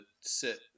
sit